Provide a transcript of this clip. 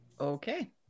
Okay